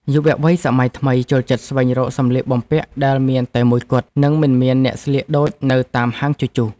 យុវវ័យសម័យថ្មីចូលចិត្តស្វែងរកសម្លៀកបំពាក់ដែលមានតែមួយគត់ និងមិនមានអ្នកស្លៀកដូចនៅតាមហាងជជុះ។